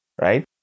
right